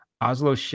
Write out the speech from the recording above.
Oslo